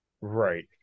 Right